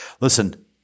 Listen